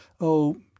Oh